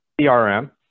CRM